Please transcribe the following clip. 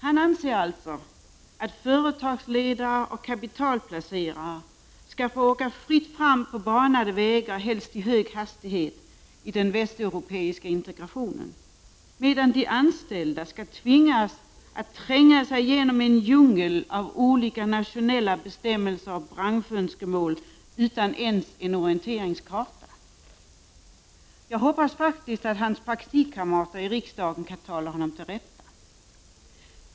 Han anser alltså att företagsledare och kapitalplacerare skall få åka fritt fram på banade vägar, helst i hög hastighet, i den västeuropeiska integrationen, medan de anställda skall tvingas att tränga sig igenom en djungel av olika nationella bestämmelser och branschönskemål, utan att ens ha en orienteringskarta. Jag hoppas att hans partikamrater i riksdagen kan tala honom till rätta.